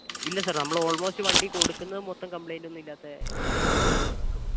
ഇല്ല സർ നമ്മൾ ഓൾമോസ്റ്റ് വണ്ടി കൊടുക്കുന്നത് മൊത്തം കംപ്ലൈൻറ്റ് ഒന്നും ഇല്ലാത്ത നീറ്റ് വണ്ടികളാണ് നമ്മൾ കൊടുക്കുള്ളൂ